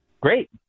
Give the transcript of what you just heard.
Great